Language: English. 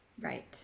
Right